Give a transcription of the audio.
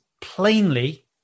plainly